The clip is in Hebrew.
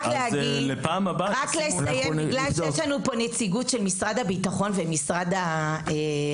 בגלל שיש לנו פה נציגות של משרד הביטחון ושל משרד החינוך,